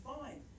fine